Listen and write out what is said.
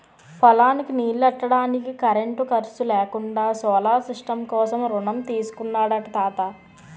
పొలానికి నీల్లెట్టడానికి కరెంటు ఖర్సు లేకుండా సోలార్ సిస్టం కోసం రుణం తీసుకున్నాడట తాత